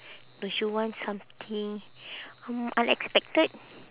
don't you want something hmm unexpected